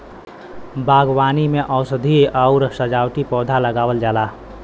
बागवानी में औषधीय आउर सजावटी पौधा लगावल जाला